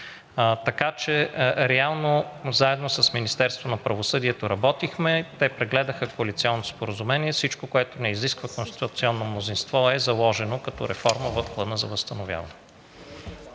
октомври. Заедно с Министерството на правосъдието работихме, те прегледаха коалиционното споразумение и всичко, което не изисква конституционно мнозинство, е заложено като реформа в Плана за възстановяване.